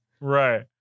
Right